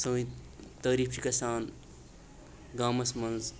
سٲنۍ تٲریٖف چھِ گَژھان گامَس منٛز